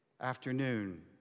afternoon